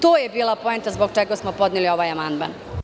To je bila poenta zbog čega smo podneli ovaj amandman.